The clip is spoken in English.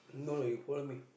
no no you follow me